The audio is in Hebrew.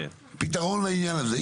פתרון לעניין הזה.